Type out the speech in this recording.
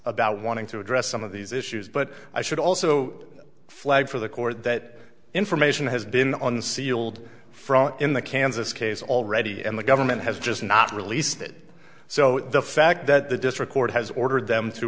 about wanting to address some of these issues but i should also flag for the court that information has been on the sealed front in the kansas case already and the government has just not released it so the fact that the district court has ordered them to